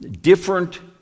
different